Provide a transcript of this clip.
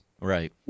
right